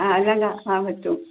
ആ എല്ലാം കാണാൻ പറ്റും